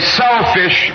selfish